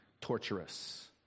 torturous